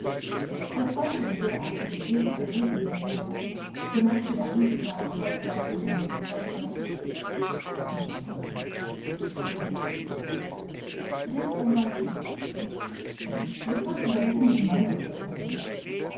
als weitere derartige briefe verlesen werden sollten bemerkte der angeklagte halblaut zu seinem verteidiger lassen sie das doch herr doktor es hat doch keinen zweck r a dietz ob es zweck hat überlassen sie meiner beurteilung